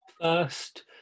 first